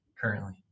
currently